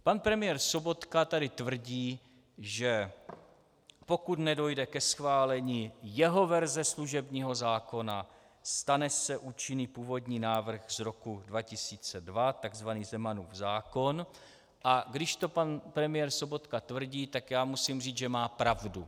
Pan premiér Sobotka tady tvrdí, že pokud nedojde ke schválení jeho verze služebního zákona, stane se účinným původní návrh z roku 2002, tzv. Zemanův zákon, a když to pan premiér Sobotka tvrdí, tak musím říct, že má pravdu.